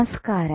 നമസ്കാരം